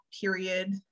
period